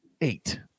eight